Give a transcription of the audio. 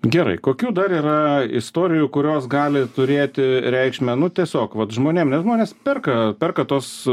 gerai kokių dar yra istorijų kurios gali turėti reikšmę nu tiesiog vat žmonėm nes žmonės perka perka tuos